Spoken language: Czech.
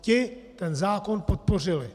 Ti ten zákon podpořili.